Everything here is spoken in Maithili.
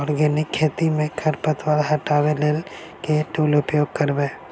आर्गेनिक खेती मे खरपतवार हटाबै लेल केँ टूल उपयोग करबै?